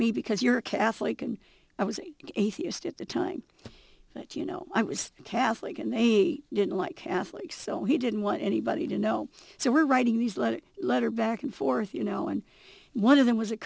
me because you're catholic and i was atheist at the time but you know i was catholic and they didn't like catholics so he didn't want anybody to know so we were writing these letters a letter back and forth you know and one of them was a